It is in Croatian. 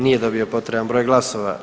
Nije dobio potreban broj glasova.